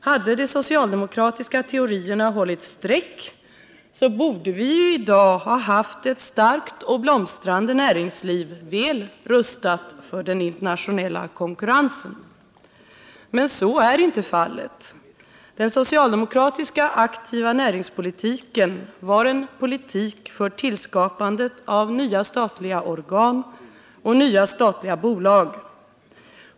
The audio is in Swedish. Hade de socialdemokratiska teorierna hållit streck borde vi i dag haft ett starkt och blomstrande näringsliv, väl rustat för den internationella konkurrensen. Men så är inte fallet. Den socialdemokratiska aktiva näringspolitiken var en politik för tillskapandet av nya statliga organ och nya statliga bolag.